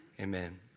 amen